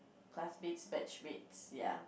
classmates batchmates ya